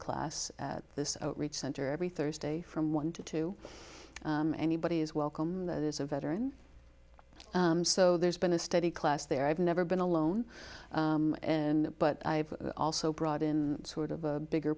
class at this outreach center every thursday from one to two anybody is welcome that is a veteran so there's been a steady class there i've never been alone but i've also brought in sort of a bigger